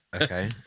Okay